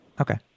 Okay